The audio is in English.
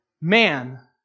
man